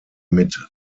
mit